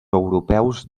europeus